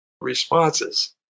responses